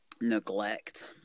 neglect